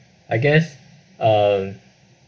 I guess uh